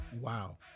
Wow